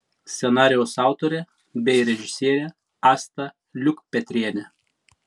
scenarijaus autorė bei režisierė asta liukpetrienė